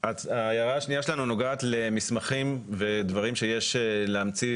ההערה השנייה שלנו נוגעת למסמכים ודברים שיש להמציא